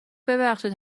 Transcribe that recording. ببخشید